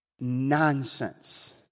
nonsense